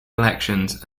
elections